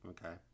Okay